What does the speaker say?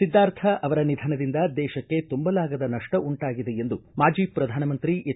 ಸಿದ್ದಾರ್ಥ್ ಅವರ ನಿಧನದಿಂದ ದೇಶಕ್ಕೆ ತುಂಬಲಾಗದ ನಷ್ಟ ಉಂಟಾಗಿದೆ ಎಂದು ಮಾಜಿ ಪ್ರಧಾನಮಂತ್ರಿ ಎಚ್